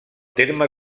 terme